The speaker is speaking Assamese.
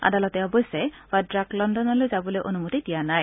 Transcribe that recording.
আদালতে অৱশ্যে ভাদ্ৰাক লণ্ডনলৈ যাবলৈ অনুমতি দিয়া নাই